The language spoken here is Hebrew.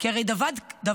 כי הרי דבר כבד,